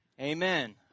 Amen